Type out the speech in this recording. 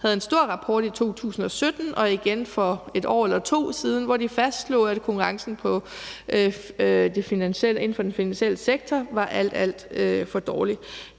udgav en stor rapport i 2017 og igenfor 1 eller 2 år siden, hvor de fastslog, at konkurrencen inden for den finansielle sektor var alt, alt for dårlig.